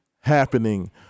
happening